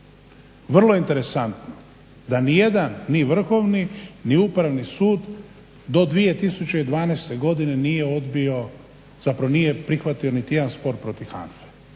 Vrlo interesantno da nijedan ni Vrhovni ni Upravni sud do 2012. godine nije odbio zapravo nije prihvatio nitijedan spor protiv HANFA-e.